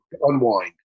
Unwind